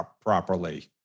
properly